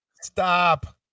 Stop